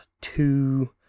Two